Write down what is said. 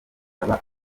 aba